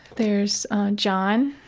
there's john.